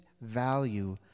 value